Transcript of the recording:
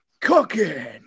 cooking